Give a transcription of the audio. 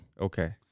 Okay